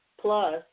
Plus